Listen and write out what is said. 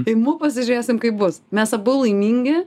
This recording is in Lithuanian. imu pasižiūrėsim kaip bus mes abu laimingi